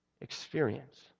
experience